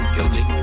Guilty